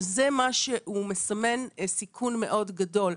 שזה מה שהוא מסמן סיכון מאוד גדול.